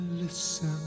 listen